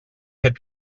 had